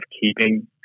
keeping